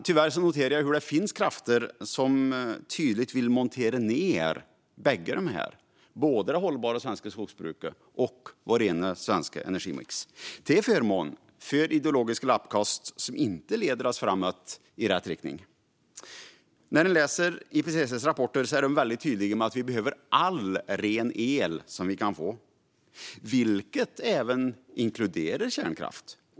Tyvärr noterar jag att det finns krafter som tydligt vill montera ned både det hållbara svenska skogsbruket och vår rena svenska energimix till förmån för ideologiska lappkast som inte leder oss framåt i rätt riktning. När man läser IPCC:s rapporter ser man att de är väldigt tydliga med att vi behöver all ren el som vi kan få, vilket även inkluderar kärnkraft.